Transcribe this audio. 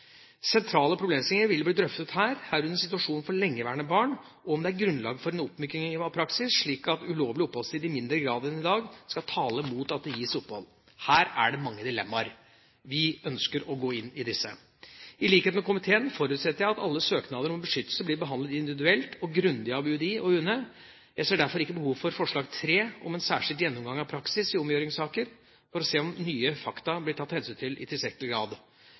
Sentrale problemstillinger vil bli drøftet her, herunder situasjonen for lengeværende barn og om det er grunnlag for oppmyking av praksis, slik at ulovlig oppholdstid i mindre grad enn i dag skal tale mot at det gis opphold. Her er det mange dilemmaer. Vi ønsker å gå inn i disse. I likhet med komiteen forutsetter jeg at alle søknader om beskyttelse blir behandlet individuelt og grundig av UDI og UNE. Jeg ser derfor ikke behov for forslag nr. 3, om en særskilt gjennomgang av praksis i omgjøringssaker for å se om nye fakta blir tatt hensyn til i tilstrekkelig grad.